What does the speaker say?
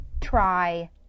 try